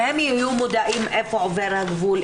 שהם יהיו מודעים איפה עובר הגבול,